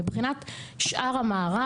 מבחינת שאר המערך,